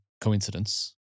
coincidence